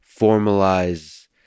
formalize